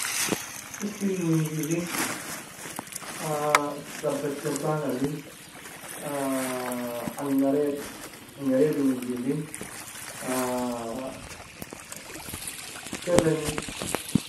Iskirin winjilin, darbatbanalin, angaraib angaribin winjilin, kefenin.